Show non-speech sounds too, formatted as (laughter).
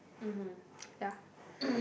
(noise) yeah